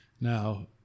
now